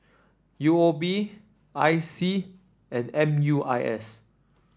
U O B I C and M U I S